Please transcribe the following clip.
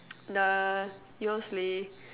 nah you'll see